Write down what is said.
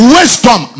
Wisdom